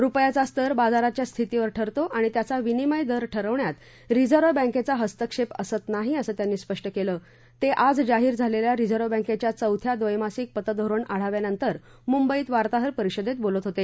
रुपयाचा स्तर बाजारातल्या स्थितीवर ठरतो आणि त्याचा विनिमय दर ठरवण्यात रिझर्व बँकेच्या हस्तक्षेप असत नाही असं त्यांनी स्पष्ट केलं ते आज जाहीर झालेल्या रिझर्व बँकेच्या चौथ्या व्दैमासिक पतधोरण आढाव्यानंतर मुंबईत वार्ताहर परिषदेत बोलत होते